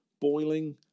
boiling